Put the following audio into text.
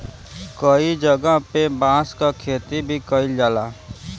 कई जगह पे बांस क खेती भी कईल जाला